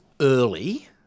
early